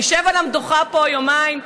נשב על המדוכה פה יומיים,